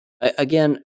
Again